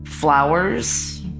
flowers